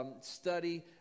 study